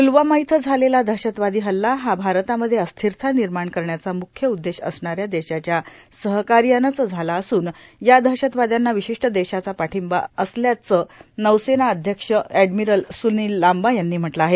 पुलवामा इथं झालेला दहशतवादी हल्ला हा भारतामध्ये अस्थिरता निर्माण करण्याचा मुख्य उद्देश असणाऱ्या देशाच्या सहकार्यानच झाला असून या दहशतवाद्यांना विशिष्ट देशाचा पाठिंबा असल्याचं नौसेना अध्यक्ष एडमिरल सुनिल लांबा यांनी म्हटलं आहे